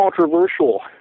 controversial